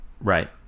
Right